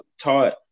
taught